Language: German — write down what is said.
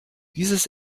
dieses